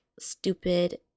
stupid